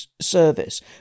service